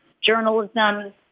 journalism